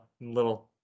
little